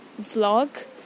vlog